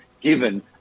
given